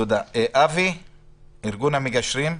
אבי מארגון המגשרים,